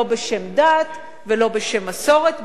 לא בשם דת ולא בשם מסורת,